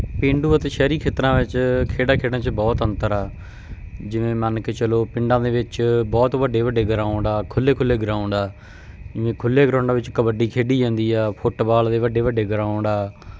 ਪੇਂਡੂ ਅਤੇ ਸ਼ਹਿਰੀ ਖੇਤਰਾਂ ਵਿੱਚ ਖੇਡਾਂ ਖੇਡਣ 'ਚ ਬਹੁਤ ਅੰਤਰ ਆ ਜਿਵੇਂ ਮੰਨ ਕੇ ਚੱਲੋ ਪਿੰਡਾਂ ਦੇ ਵਿੱਚ ਬਹੁਤ ਵੱਡੇ ਵੱਡੇ ਗਰਾਉਂਡ ਆ ਖੁੱਲ੍ਹੇ ਖੁੱਲ੍ਹੇ ਗਰਾਊਂਡ ਆ ਜਿਵੇਂ ਖੁੱਲ੍ਹੇ ਗਰਾਊਂਡਾਂ ਵਿੱਚ ਕਬੱਡੀ ਖੇਡੀ ਜਾਂਦੀ ਆ ਫੁੱਟਬਾਲ ਦੇ ਵੱਡੇ ਵੱਡੇ ਗਰਾਉਂਡ ਆ